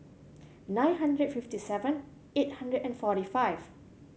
nine hundred fifty seven eight hundred and forty five